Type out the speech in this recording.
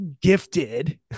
gifted